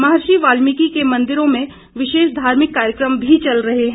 महर्षि वाल्मीकि के मंदिरों में विशेष धार्मिक कार्यक्रम भी चल रहे हैं